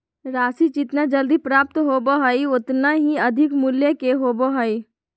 राशि जितना जल्दी प्राप्त होबो हइ उतना ही अधिक मूल्य के होबो हइ